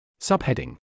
subheading